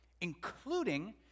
including